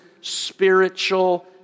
spiritual